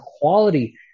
quality